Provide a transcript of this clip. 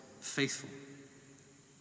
faithful